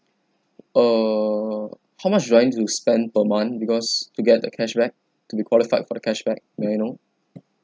err how much do I need to spend per month because to get the cashback to be qualified for the cashback may I know